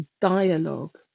dialogue